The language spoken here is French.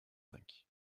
cinq